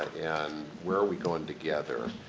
and, where are we going together.